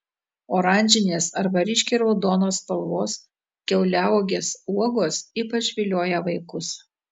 oranžinės arba ryškiai raudonos spalvos kiauliauogės uogos ypač vilioja vaikus